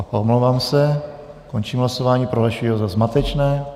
Omlouvám se, končím hlasování, prohlašuji ho za zmatečné.